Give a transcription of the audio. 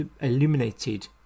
illuminated